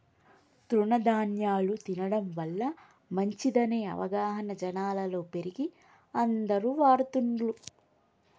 తృణ ధ్యాన్యాలు తినడం వల్ల మంచిదనే అవగాహన జనాలలో పెరిగి అందరు వాడుతున్లు